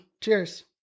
Cheers